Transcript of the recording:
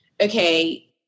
okay